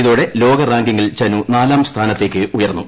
ഇതോടെ ലോക റാങ്കിംഗിൽ ചനു നാലാം സ്ഥാനത്തേക്ക് ഉയർന്നു